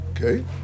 Okay